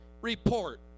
Report